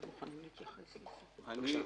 בבקשה,